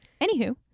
anywho